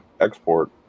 export